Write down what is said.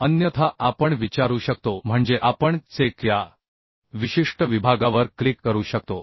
अन्यथा आपण विचारू शकतो म्हणजे आपण चेक या विशिष्ट विभागावर क्लिक करू शकतो